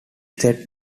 set